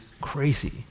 crazy